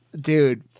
dude